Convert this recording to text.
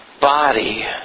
body